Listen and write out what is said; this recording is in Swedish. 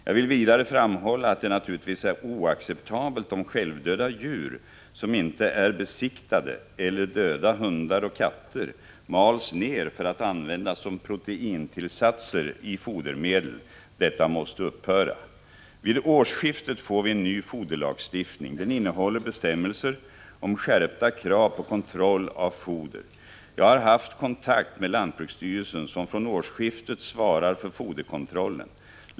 Jag vill vidare framhålla att det naturligtvis är oacceptabelt om självdöda djur, som inte är besiktigade, eller döda hundar och katter, mals ner för att användas som proteintillsatser i fodermedel. Detta måste upphöra. Vid årsskiftet får vi en ny foderlagstiftning. Den innehåller bestämmelser om skärpta krav på kontroll av foder. Jag har haft kontakt med lantbruksstyrelsen, som från årsskiftet svarar för foderkontrollen.